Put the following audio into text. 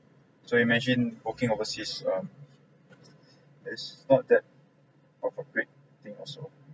so imagine working overseas um is not that of a great thing also